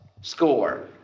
score